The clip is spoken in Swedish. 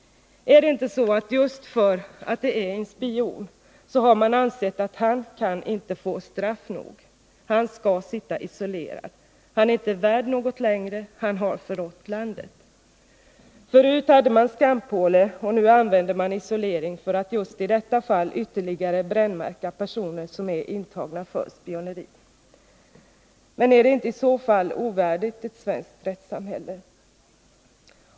Är det inte just på grund av att det är en spion som man har ansett att han inte kan få straff nog, att han skall sitta isolerad, att han inte är värd något längre, att han har förrått landet? Förut hade man skampåle, och nu använder man isolering för att, som i detta fall, ytterligare brännmärka personer som är intagna för spioneri. Men är inte detta ovärdigt ett svenskt rättssamhälle?